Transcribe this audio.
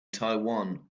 taiwan